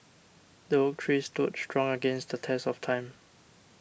the oak tree stood strong against the test of time